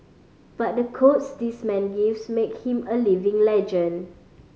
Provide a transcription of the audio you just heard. but the quotes this man gives make him a living legend